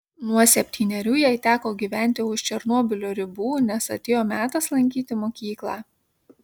nuo septynerių jai teko gyventi už černobylio ribų nes atėjo metas lankyti mokyklą